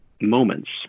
moments